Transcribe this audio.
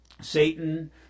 Satan